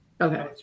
Okay